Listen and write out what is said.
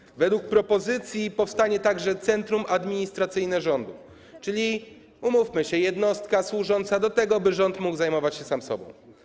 Oklaski Zgodnie z propozycją powstanie także centrum administracyjne rządu, czyli, umówmy się, jednostka służąca do tego, by rząd mógł zajmować się sam sobą.